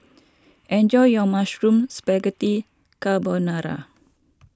enjoy your Mushroom Spaghetti Carbonara